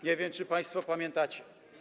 Nie wiem, czy państwo pamiętacie.